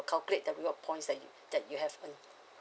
complete the reward points that you that you have earn